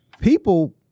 people